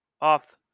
off